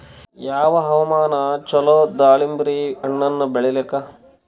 ಯಾವ ಹವಾಮಾನ ಚಲೋ ದಾಲಿಂಬರ ಹಣ್ಣನ್ನ ಬೆಳಿಲಿಕ?